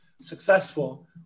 successful